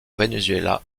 venezuela